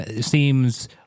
seems